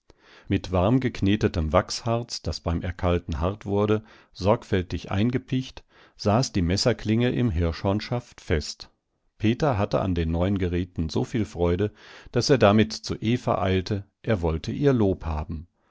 mit warmgeknetetem wachsharz das beim erkalten hart wurde sorgfältig eingepicht saß die messerklinge im hirschhornschaft fest peter hatte an den neuen geräten so viel freude daß er damit zu eva eilte er wollte ihr lob haben